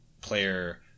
player